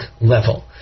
level